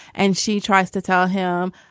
and she tries to tell him,